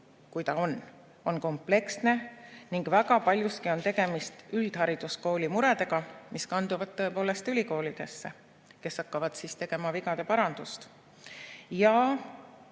kui ta on, kompleksne. Väga paljuski on tegemist üldhariduskoolide murega, mis kandub tõepoolest ülikoolidesse, kes hakkavad tegema vigade parandust.